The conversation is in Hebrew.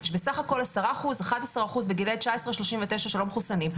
יש בסך הכול 10% 11% בגילאי 19 39 שלא מחוסנים.